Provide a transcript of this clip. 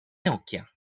nokia